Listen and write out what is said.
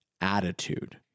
attitude